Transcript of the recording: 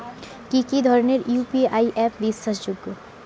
কি কি ধরনের ইউ.পি.আই অ্যাপ বিশ্বাসযোগ্য?